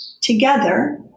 together